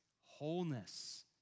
wholeness